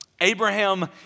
Abraham